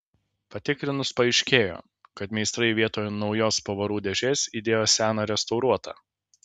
patikrinus paaiškėjo kad meistrai vietoj naujos pavarų dėžės įdėjo seną restauruotą